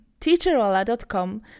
teacherola.com